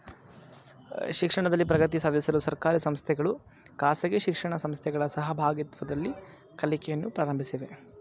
ಶಿಕ್ಷಣದಲ್ಲಿ ಪ್ರಗತಿ ಸಾಧಿಸಲು ಸರ್ಕಾರಿ ಸಂಸ್ಥೆಗಳು ಖಾಸಗಿ ಶಿಕ್ಷಣ ಸಂಸ್ಥೆಗಳ ಸಹಭಾಗಿತ್ವದಲ್ಲಿ ಕಲಿಕೆಯನ್ನು ಪ್ರಾರಂಭಿಸಿವೆ